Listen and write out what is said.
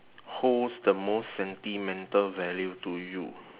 holds the most sentimental value to you